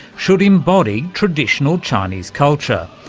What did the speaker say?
should embody traditional chinese culture,